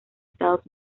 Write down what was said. estados